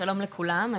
שלום לכולם,